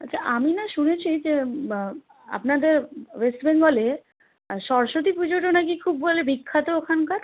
আচ্ছা আমি না শুনেছি যে আপনাদের ওয়েস্ট বেঙ্গলে সরস্বতী পুজোরও নাকি খুব বলে খুব বিখ্যাত ওখানকার